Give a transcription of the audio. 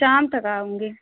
شام تک آؤں گی